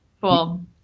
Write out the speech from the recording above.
cool